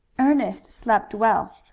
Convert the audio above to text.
ernest slept well.